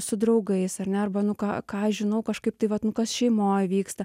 su draugais ar ne ar ba nu ką ką aš žinau kažkaip tai vat nu kas šeimoj vyksta